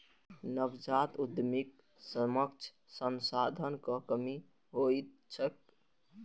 नवजात उद्यमीक समक्ष संसाधनक कमी होइत छैक